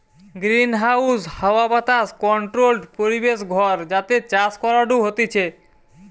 greenhouse হাওয়া বাতাস controlled পরিবেশ ঘর যাতে চাষ করাঢু হতিছে